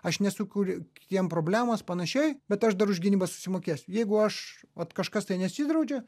aš nesukuriu kitiem problemos panašiai bet aš dar už gynybą susimokėsiu jeigu aš vat kažkas tai nesidraudžia